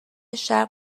شرق